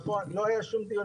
לא היה שום דיון